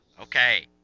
Okay